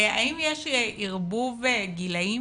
האם יש ערבוב גילאים?